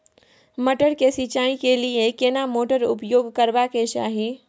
मटर के सिंचाई के लिये केना मोटर उपयोग करबा के चाही?